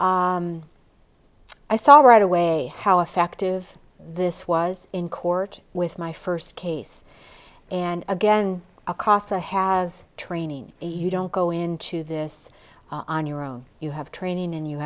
i saw right away how effective this was in court with my first case and again acosta has training you don't go into this on your own you have training and you